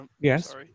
Yes